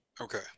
Okay